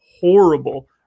horrible